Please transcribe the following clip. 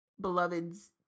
beloved's